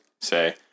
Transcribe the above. say